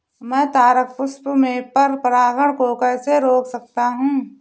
मैं तारक पुष्प में पर परागण को कैसे रोक सकता हूँ?